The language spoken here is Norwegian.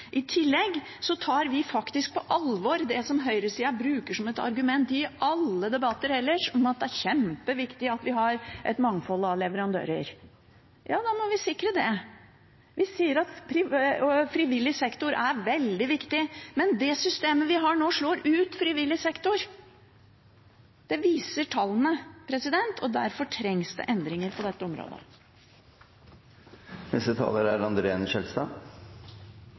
I tillegg tar vi faktisk på alvor det høyresida bruker som argument i alle debatter ellers, at det er kjempeviktig at vi har et mangfold av leverandører. Ja, da må vi sikre det. Vi sier at frivillig sektor er veldig viktig, men det systemet vi har nå, slår ut frivillig sektor. Det viser tallene, og derfor trengs det endringer på dette området. For Venstre er